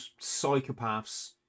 psychopaths